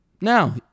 Now